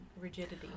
rigidity